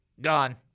Gone